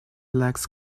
legs